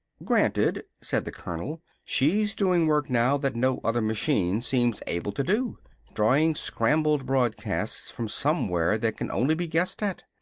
granted, said the colonel. she's doing work now that no other machine seems able to do drawing scrambled broadcasts from somewhere that can only be guessed at.